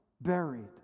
buried